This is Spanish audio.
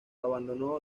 abandonó